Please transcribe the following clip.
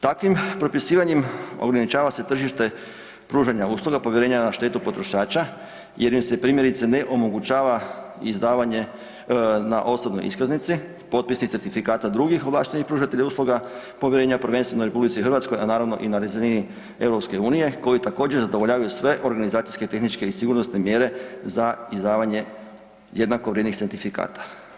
Takvim propisivanjem ograničava se tržište pružanje usluga povjerenja na štetu potrošača jer im se primjerice ne onemogućava izdavanje na osobnoj iskaznici potpisnih certifikata drugih ovlaštenih pružatelja usluga povjerenja prvenstveno Republici Hrvatskoj, a naravno i na razini Europske unije koji također zadovoljavaju sve organizacijske, tehničke i sigurnosne mjere za izdavanje jednako vrijednih certifikata.